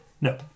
No